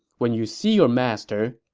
when you see your master,